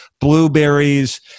blueberries